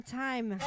time